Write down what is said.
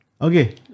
Okay